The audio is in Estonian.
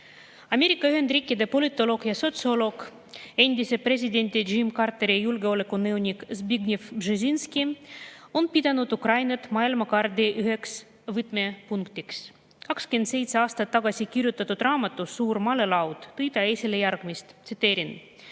Ameerika Ühendriikide politoloog ja sotsioloog, endise presidendi Jimmy Carteri julgeolekunõunik Zbigniew Brzezinski on pidanud Ukrainat maailmakaardil üheks võtmepunktiks. 27 aastat tagasi kirjutatud raamatus "Suur malelaud" tõi ta esile järgmist: "Kui